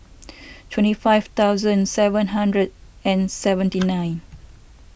twenty five thousand seven hundred and seventy nine